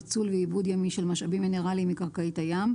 ניצול ועיבוד ימי של משאבים מינרלים מקרקעית הים.